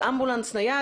באמבולנס נייד,